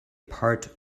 part